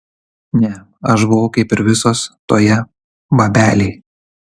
ne aš buvau kaip ir visos toje babelėj